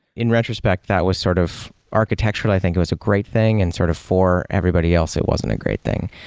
in retrospect, that was sort of architectural, i think it was a great thing and sort of for everybody else it wasn't a great thing.